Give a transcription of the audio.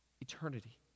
eternity